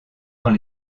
dans